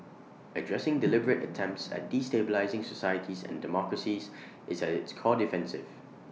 addressing deliberate attempts at destabilising societies and democracies is at its core defensive